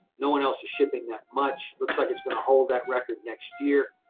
no one else is shipping that much. looks like it's going to hold that record next year.